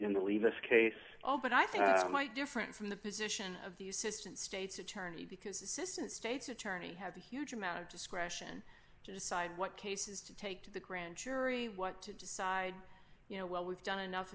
in the leave this case all but i think my different from the position of the assistant state's attorney because assistant state's attorney have a huge amount of discretion to decide what cases to take to the grand jury what to decide you know well we've done enough